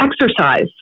exercise